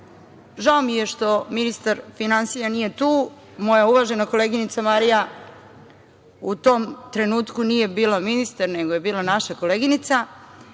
Žao mi je što ministar finansija nije tu, moja uvažena koleginica Marija u tom trenutku nije bila ministar, nego je bila naša koleginica,